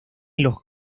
los